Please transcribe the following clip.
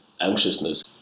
anxiousness